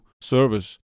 service